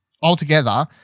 altogether